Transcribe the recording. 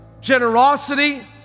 generosity